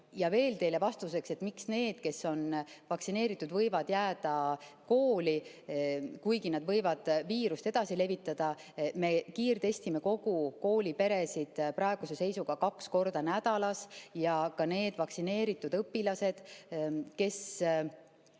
veel teile vastuseks, miks need, kes on vaktsineeritud, võivad jääda kooli, kuigi nad võivad viirust edasi levitada. Me kiirtestimine kogu kooliperet praeguse seisuga kaks korda nädalas ja ka need vaktsineeritud õpilased, kes